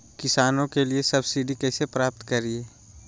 किसानों के लिए सब्सिडी कैसे प्राप्त करिये?